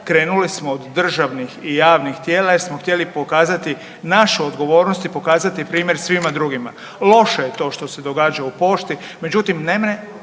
Krenuli smo od državnih i javnih tijela jer smo htjeli pokazati našu odgovornost i pokazati primjer svima drugima. Loše je to što se događa u pošti, međutim nemre,